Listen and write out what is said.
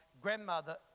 grandmother